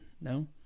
No